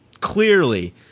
clearly